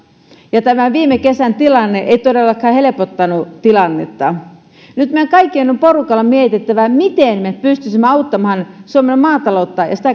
ja tämä viime kesän tilanne ei todellakaan helpottanut tilannetta nyt meidän kaikkien on porukalla mietittävä miten me pystyisimme auttamaan suomen maataloutta ja sitä